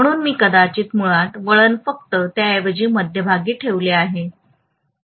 म्हणून मी कदाचित मुळात वळण फक्त त्याऐवजी मध्यभागी ठेवले आहे